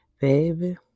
Baby